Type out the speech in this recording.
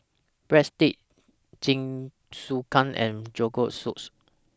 Breadsticks Jingisukan and Rogan Josh